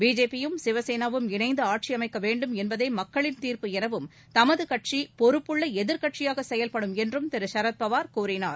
பிஜேபியும் சிவசேனாவும் இணைந்து ஆட்சி அமைக்க வேண்டும் என்பதே மக்களின் தீர்ப்பு எனவும் தமது கட்சி பொறுப்புள்ள எதிர்கட்சியாக செயல்படும் என்றும் திரு ஷரத்பாவார் கூறினார்